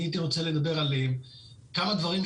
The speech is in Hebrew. אני הייתי רוצה לדבר על כמה דברים,